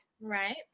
Right